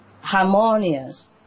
harmonious